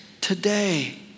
today